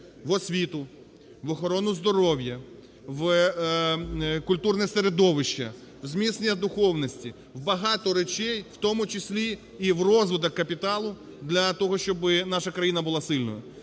в освіту, в охорону здоров'я, в культурне середовище, зміцнення духовності – в багато речей, в тому числі і в розвиток капіталу для того, щоби наша країна була сильною.